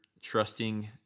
trusting